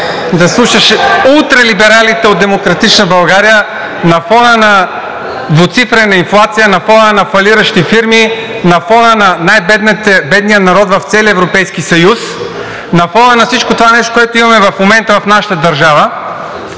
да слушаш ултралибералите от „Демократична България“ на фона на двуцифрена инфлация, на фона на фалиращи фирми, на фона на най-бедния народ в целия Европейски съюз, на фона на всичкото това нещо, което имаме в момента в нашата държава,